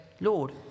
Lord